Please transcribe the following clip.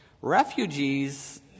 Refugees